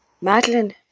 madeline